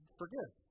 forgive